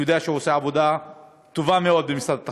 ואני יודע שהוא עושה עבודה טובה מאוד במשרד התחבורה,